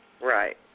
Right